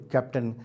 Captain